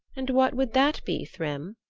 and what would that be, thrym?